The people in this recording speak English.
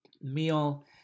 meal